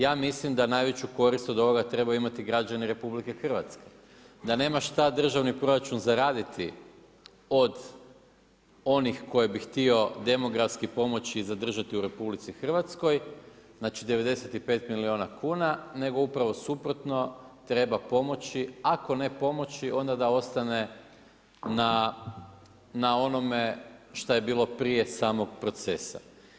Ja mislim da najveći korist od ovoga trebaju imati građani RH, da nema šta državni proračun zaraditi od onih kojih bi htio demografski pomoći i zadržati u RH, znači 95 milijuna kuna, nego upravo suprotno, treba pomoći, ako ne pomoći onda da ostane na onome šta je bilo prije samog procesa.